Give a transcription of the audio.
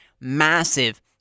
Massive